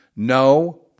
No